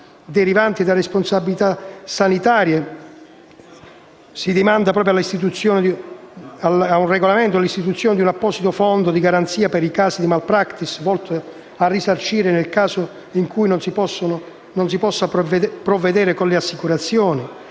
derivanti da responsabilità sanitaria. Si demanda a un regolamento l'istituzione di un apposito fondo di garanzia per i casi di *malpractice*, volto a risarcire le vittime nel caso in cui non si possa provvedere con le assicurazioni.